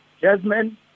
Jasmine